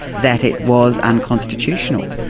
that it was unconstitutional?